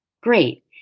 Great